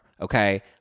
okay